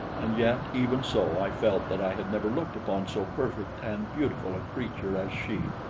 and yet even so, i felt that i had never looked upon so perfect and beautiful a creature as she.